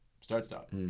start-stop